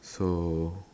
so